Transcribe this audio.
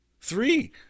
Three